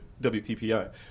WPPI